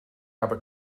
habe